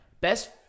Best